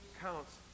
counts